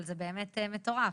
אבל זה באמת מטורף,